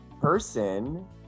person